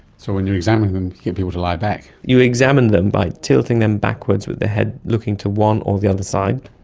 so when you examine them you get people to lie back. you examine them by tilting them backwards with the head looking to one or the other side,